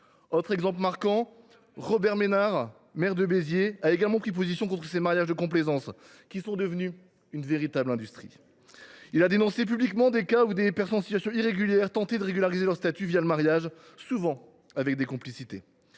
Autre exemple marquant, Robert Ménard, maire de Béziers, a également pris position contre ces mariages de complaisance, qui sont devenus une véritable industrie. Il a dénoncé publiquement des cas où des personnes en situation irrégulière tentaient de régulariser leur statut le mariage, souvent avec des complicités.